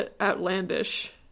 outlandish